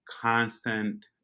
constant